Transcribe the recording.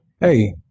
hey